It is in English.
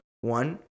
one